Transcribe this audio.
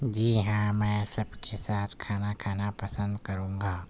جی ہاں میں سب کے ساتھ کھانا کھانا پسند کروں گا